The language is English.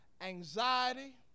anxiety